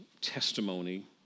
testimony